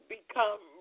Become